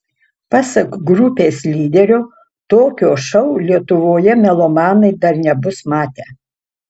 pasak grupės lyderio tokio šou lietuvoje melomanai dar nebus matę